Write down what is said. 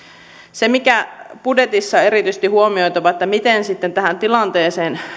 se mikä budjetissa on erityisesti huomioitava on se miten tähän tilanteeseen sitten